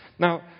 Now